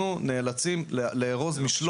את אותה בעיה,